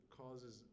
causes